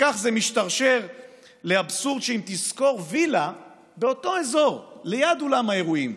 וכך זה משתרשר לאבסורד שאם תשכור וילה באותו אזור ליד אולם האירועים,